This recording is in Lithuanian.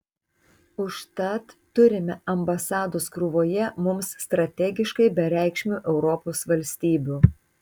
užtat turime ambasadas krūvoje mums strategiškai bereikšmių europos valstybių